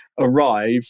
arrive